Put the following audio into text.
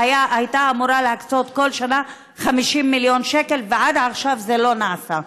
הייתה אמורה להיות כל שנה הקצאה של 50 מיליון שקל ועד עכשיו זה לא נעשה.